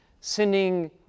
sending